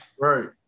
Right